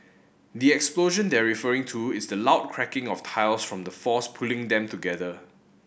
the explosion they're referring to is the loud cracking of tiles from the force pulling them together